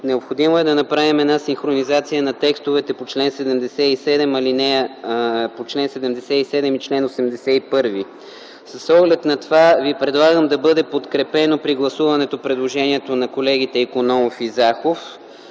необходимо е да направим синхронизация на текстовете по чл. 77 и чл. 81. С оглед на това Ви предлагам да бъде подкрепено при гласуването предложението на колегите Икономов и Захов,